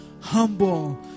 Humble